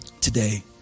today